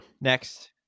Next